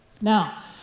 Now